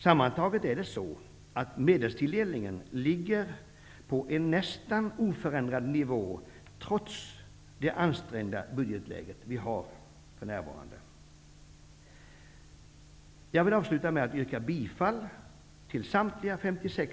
Sammantaget ligger medelstilldelningen på nästan oförändrad nivå, trots det ansträngda budgetläge som vi för närvarande har. Jag vill avsluta med att yrka bifall till samtliga 56